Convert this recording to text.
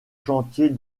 chantier